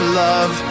love